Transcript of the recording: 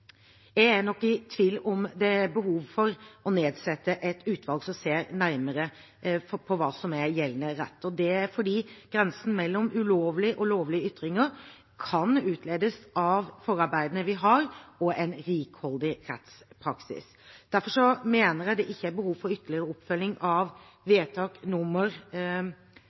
Jeg er nok i tvil om det er behov for å nedsette et utvalg som ser nærmere på hva som er gjeldende rett, og det er fordi grensen mellom ulovlige og lovlige ytringer kan utledes av forarbeidene vi har og en rikholdig rettspraksis. Derfor mener jeg det ikke er behov for ytterligere oppfølging av vedtak